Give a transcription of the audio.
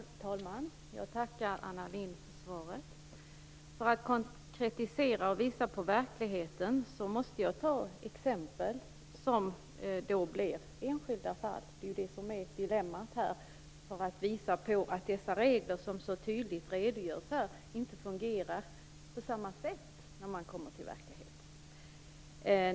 Herr talman! Jag tackar Anna Lindh för svaret. För att konkretisera och visa på verkligheten måste jag ta exempel, och de blir då enskilda fall. Det är ju det som är dilemmat här. Exemplen visar att dessa regler, som det så tydligt redogörs för här, inte fungerar på samma sätt när man kommer till verkligheten.